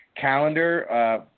calendar